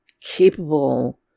capable